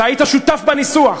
אתה היית שותף בניסוח,